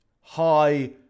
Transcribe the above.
high